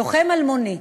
לוחם אלמוני,